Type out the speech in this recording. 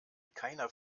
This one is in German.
keiner